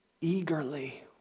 eagerly